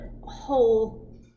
whole